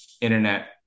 internet